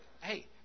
Hey